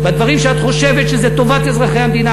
בדברים שאת חושבת שזו טובת אזרחי המדינה,